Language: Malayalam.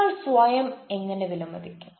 നിങ്ങൾ സ്വയം എങ്ങനെ വിലമതിക്കും